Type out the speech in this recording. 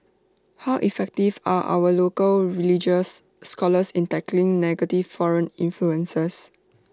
how effective are our local religious scholars in tackling negative foreign influences